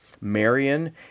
Marion